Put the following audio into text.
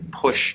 push